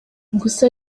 gusa